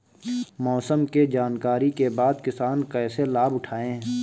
मौसम के जानकरी के बाद किसान कैसे लाभ उठाएं?